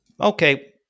okay